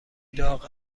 داغ